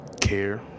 care